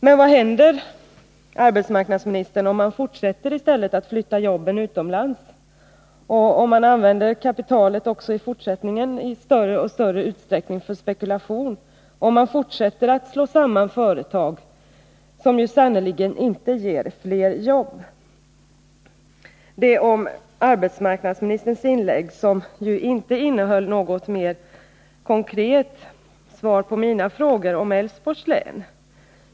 Men vad händer, herr arbetsmarknadsminister, om näringslivet i stället fortsätter att flytta jobben utomlands och om kapitalet också i fortsättningen i allt större utsträckning används för spekulation, om man inom näringslivet fortsätter att slå samman företag, vilket ju sannerligen inte ger fler jobb? Arbetsmarknadsministerns inlägg innehöll ju inte något mer konkret svar på mina frågor om Älvsborgs län.